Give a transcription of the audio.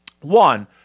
One